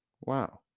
Wow